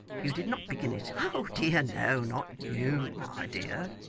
you did not begin it, oh dear no, not you, my dear